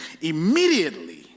immediately